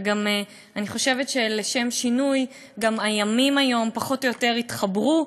אני חושבת שלשם שינוי גם הימים פחות או יותר התחברו,